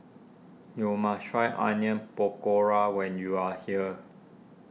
you must try Onion Pakora when you are here